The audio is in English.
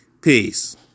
Peace